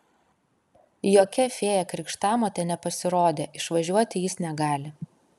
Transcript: jokia fėja krikštamotė nepasirodė išvažiuoti jis negali